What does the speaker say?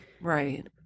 Right